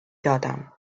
دادم